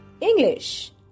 English